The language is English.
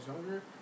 younger